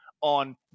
on